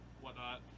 whatnot